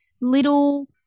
little